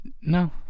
no